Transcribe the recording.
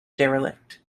derelict